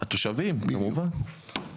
התושבים כמובן.